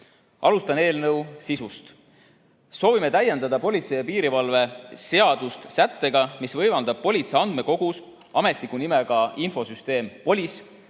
Alustan eelnõu sisust. Soovime täiendada politsei ja piirivalve seadust sättega, mis võimaldab politsei andmekogus (ametliku nimega Infosüsteem POLIS)